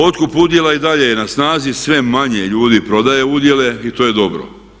Otkup udjela i dalje je na snazi, sve manje ljudi prodaje udjele i to je dobro.